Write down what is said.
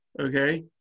okay